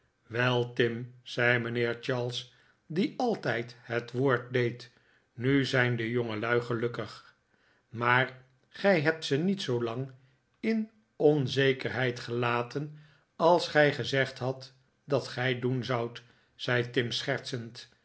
wel tim zei mijnheer charles die altijd het woord deed nu zijn de jongelui gelukkig maar gij hebt ze niet zoolang in onzekerheid gelaten als gij gezegd hadt dat gij doen zoudt zei tim schertsend